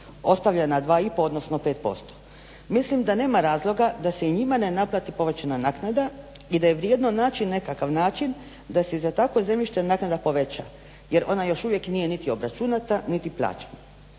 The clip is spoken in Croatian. ostavljena 2,5 odnosno 5%. Mislim da nema razloga da se i njima ne naplati povećana naknada i da je vrijedno naći nekakav način da se za takvo zemljište naknada poveća jer ona još uvijek nije niti obračunata niti plaćena.